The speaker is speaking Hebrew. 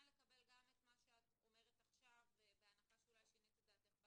לקבל את מה שאת אומרת עכשיו בהנחה ששינית את דעתך אולי,